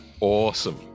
Awesome